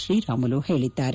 ಶ್ರೀರಾಮುಲು ಹೇಳಿದ್ದಾರೆ